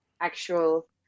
actual